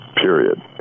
period